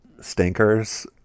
stinkers